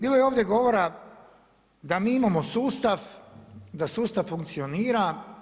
Bilo je ovdje govora da mi imamo sustav, da sustav funkcionira.